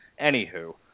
Anywho